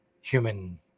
human